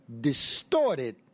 distorted